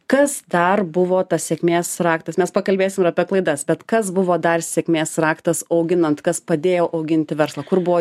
kas dar buvo tas sėkmės raktas mes pakalbėsim ir apie klaidas bet kas buvo dar sėkmės raktas auginant kas padėjo auginti verslą kur buvo